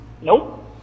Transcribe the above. Nope